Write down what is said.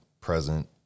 present